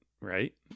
right